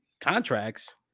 contracts